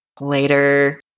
later